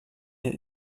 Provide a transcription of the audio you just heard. est